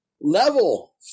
Level